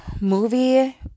movie